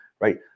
right